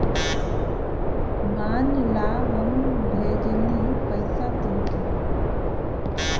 मान ला हम भेजली पइसा तोह्के